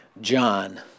John